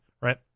right